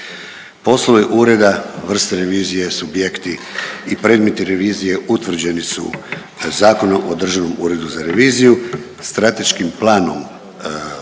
Poslovi ureda, vrste revizije, subjekti i predmeti revizije utvrđeni su Zakonom o državnom uredu za reviziju, strateškim planom rada